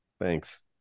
Thanks